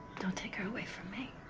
don't take her away from me.